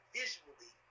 visually